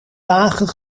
wagen